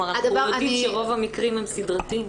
אנחנו יודעים שרוב המקרים הם סדרתיים.